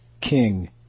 King